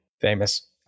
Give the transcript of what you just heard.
famous